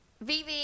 vivi